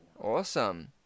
Awesome